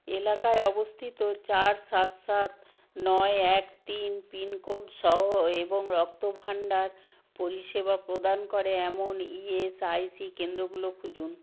এলাকায় অবস্থিত চার সাত সাত নয় এক তিন পিনকোড সহ এবং রক্তভাণ্ডার পরিষেবা প্রদান করে এমন ই এস আই সি কেন্দ্রগুলো খুঁজুন